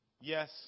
Yes